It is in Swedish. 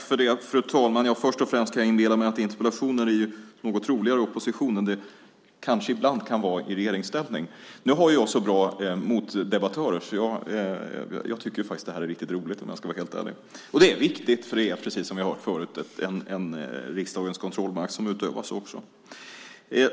Fru talman! Jag ska inleda med att säga att interpellationer är något roligare när man är i opposition än vad de kanske ibland kan vara när man är i regeringsställning. Nu har jag så bra motdebattörer att jag tycker att det här riktigt roligt, om jag ska vara helt ärlig. Och det är viktigt, för det är, precis som vi har hört förut, en riksdagens kontrollmakt som utövas.